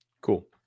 Cool